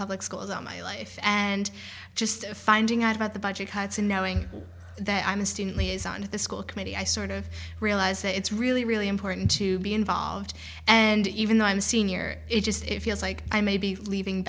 public schools all my life and just finding out about the budget cuts and knowing that i'm a student liaison to the school committee i sort of realize that it's really really important to be involved and even though i'm a senior it just feels like i may be leaving